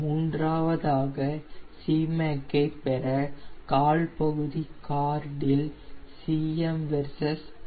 மூன்றாவதாக Cmac ஐ பெற கால் பகுதி கார்டில் Cm வெர்சஸ் α